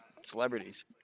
celebrities